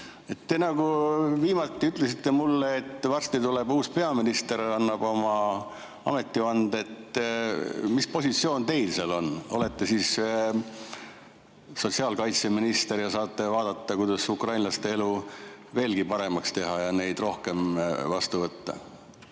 Te nagu viimati ütlesite mulle, et varsti tuleb uus peaminister, annab oma ametivande. Mis positsioon teil seal on? Olete siis sotsiaalkaitseminister ja saate vaadata, kuidas ukrainlaste elu veelgi paremaks teha ja neid rohkem vastu võtta?